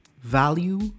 value